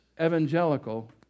evangelical